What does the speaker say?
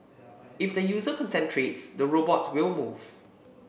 if the user concentrates the robot will move